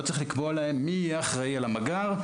לא צריך לקבוע להן מי יהיה אחראי על המג״ר.